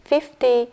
Fifty